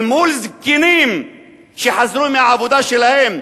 אל מול זקנים שחזרו מהעבודה שלהם,